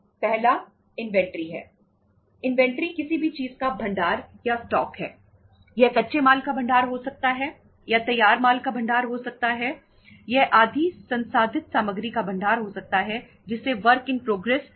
पहला इन्वेंटरी कहा जाता है